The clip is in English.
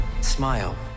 Smile